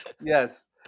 Yes